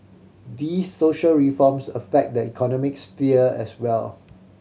these social reforms affect the economic sphere as well